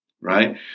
right